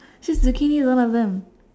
choose zucchini don't ask them